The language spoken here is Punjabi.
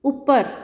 ਉੱਪਰ